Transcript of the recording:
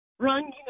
run